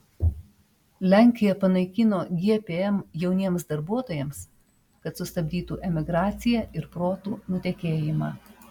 lenkija panaikino gpm jauniems darbuotojams kad sustabdytų emigraciją ir protų nutekėjimą